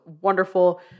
wonderful